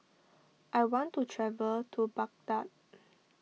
I want to travel to Baghdad